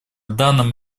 данном